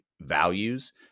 values